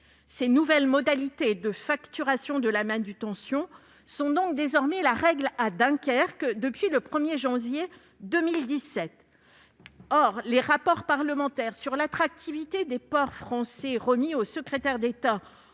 Ces nouvelles modalités de facturation de la manutention sont la règle au grand port maritime de Dunkerque depuis le 1 janvier 2017. Or les rapports parlementaires sur l'attractivité des ports français, remis au secrétaire d'État